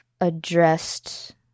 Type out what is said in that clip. addressed